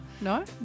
No